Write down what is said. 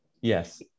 Yes